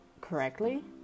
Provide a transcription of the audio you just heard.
correctly